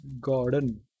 gordon